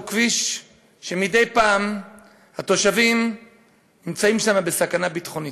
הוא כביש שמדי פעם התושבים נמצאים שם בסכנה ביטחונית.